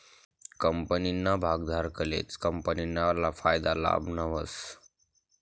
कंपनीना भागधारकलेच कंपनीना फायदाना लाभ व्हस